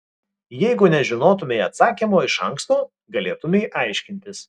jeigu nežinotumei atsakymo iš anksto galėtumei aiškintis